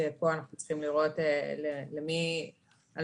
שפה אנחנו צריכים לראות על מי האחריות.